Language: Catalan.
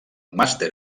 màster